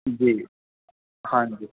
ਜੀ ਹਾਂਜੀ